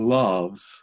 loves